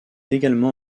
également